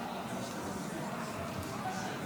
תמה ההצבעה.